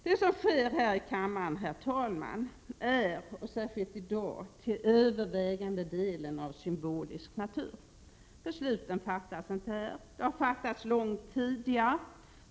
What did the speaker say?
Det som sker här i kammaren, herr talman, är — särskilt i dag — till övervägande delen av symbolisk natur. Besluten fattas inte här. De har fattats långt tidigare.